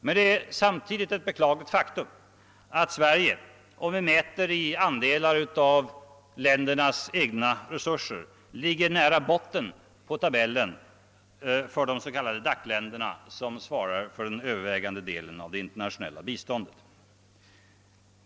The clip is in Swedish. Men det är samtidigt ett beklagligt faktum att Sverige, om vi mäter i andelar av ländernas egna resurser, ligger nära botten på tabellen för de s.k. DAC-länderna, som svarar för den överväldigande delen av det internationella biståndet.